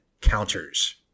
counters